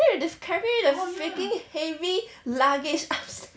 then we were carrying the freaking heavy luggage up stairs